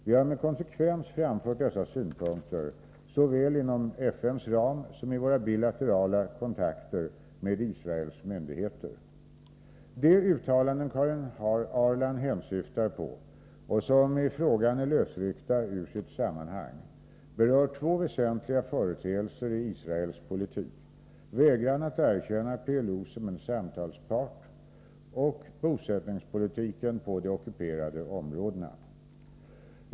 Vi har med konsekvens framfört dessa synpunkter såväl inom FN:s ram som i våra bilaterala kontakter med israeliska myndigheter. De uttalanden Karin Ahrland hänsyftar på — och som i frågan är lösryckta ur sitt sammanhang — berör två väsentliga företeelser i Israels politik: vägran att erkänna PLO som en samtalspart och bosättningspolitiken på de ockuperade områdena.